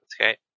Okay